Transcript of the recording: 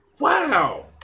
Wow